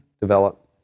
develop